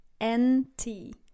N-T